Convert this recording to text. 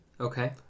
Okay